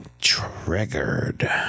triggered